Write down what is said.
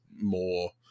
more